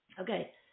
Okay